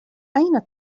أين